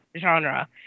genre